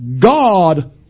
God